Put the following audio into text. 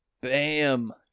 Bam